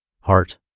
Heart